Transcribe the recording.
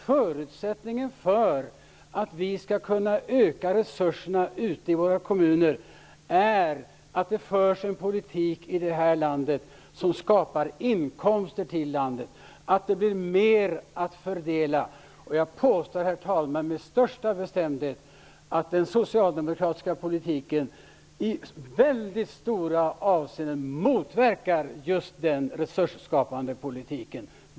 Förutsättningen för att vi skall kunna öka resurserna ute i våra kommuner är att det förs en politik i det här landet som skapar inkomster, så att det blir mer att fördela. Herr talman! Jag påstår med bestämdhet att den socialdemokratiska politiken i stora avseenden motverkar just den resursskapande politiken.